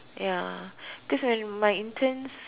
ya because when my interns